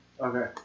Okay